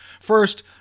First